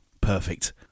perfect